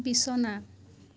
বিছনা